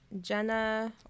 Jenna